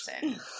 person